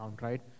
right